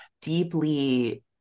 deeply